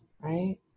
right